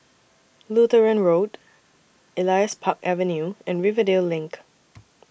Lutheran Road Elias Park Avenue and Rivervale LINK